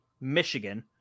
Michigan